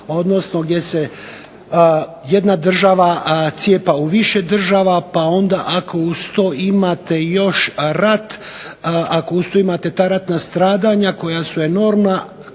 odnosno gdje se jedna država cijepa u više država pa onda ako uz to imate još rat, ako uz to imate ta ratna stradanja koja su enormna,